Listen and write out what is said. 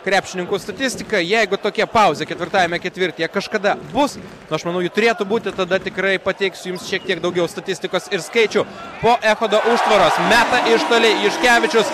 krepšininkų statistika jeigu tokia pauzė ketvirtajame ketvirtyje kažkada bus aš manau jų turėtų būti tada tikrai pateiksiu jums šiek tiek daugiau statistikos ir skaičių po echodo užtvaros meta iš toli juškevičius